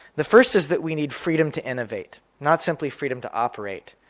the first is that we need freedom to innovate, not simply freedom to operate,